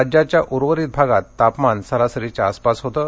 राज्याच्या उर्वरित भागात तापमान सरासरीच्या आसपास होतं